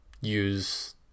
use